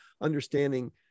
understanding